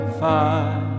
find